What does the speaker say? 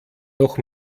noch